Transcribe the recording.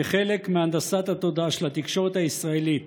כחלק מהנדסת התודעה של התקשורת הישראלית